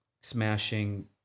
smashing